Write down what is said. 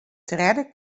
tredde